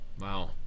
Wow